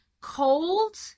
cold